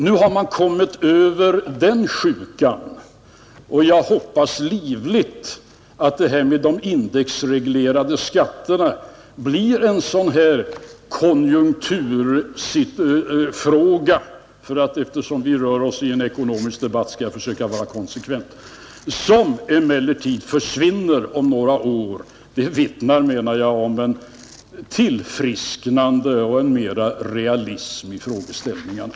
Nu har man kommit över den sjukan, och jag hoppas livligt att det här med de indexreglerade skatterna blir en sådan konjunkturfråga — eftersom vi rör oss med en ekonomisk debatt skall jag försöka vara konsekvent — som försvinner om några år. Det skulle vittna, menar jag, om ett tillfrisknande och om mera realism i frågeställningarna.